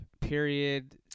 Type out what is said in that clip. period